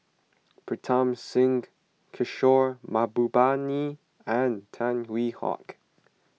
Pritam Singh Kishore Mahbubani and Tan Hwee Hock